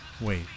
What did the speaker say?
Wait